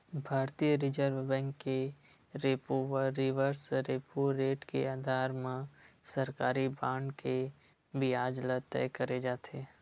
भारतीय reserve bank के repo व रिवर्स रेपो रेट के अधार म सरकारी बांड के बियाज ल तय करे जाथे